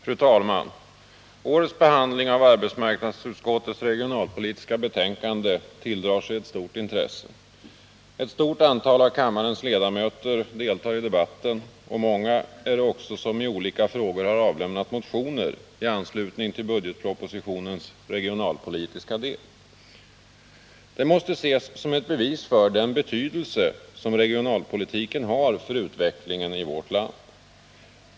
Fru talman! Årets behandling av arbetsmarknadsutskottets regionalpolitiska betänkande tilldrar sig ett stort intresse. Ett stort antal av kammarens ledamöter deltar i debatten, och många är också de som i olika frågor har avlämnat motioner i anslutning till budgetpropositionens regionalpolitiska del. Det måste ses som ett bevis för den betydelse som regionalpolitiken har för utvecklingen i vårt land.